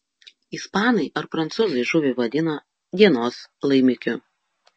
ispanai ar prancūzai žuvį vadina dienos laimikiu